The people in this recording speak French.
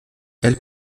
elle